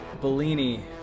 Bellini